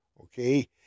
Okay